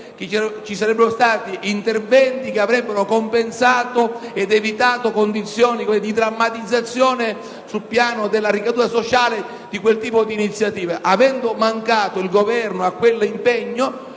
che sarebbero seguiti interventi atti a compensare ed evitare condizioni di drammatizzazione, sul piano della ricaduta sociale, di quel tipo di iniziativa. Avendo mancato il Governo a quell'impegno,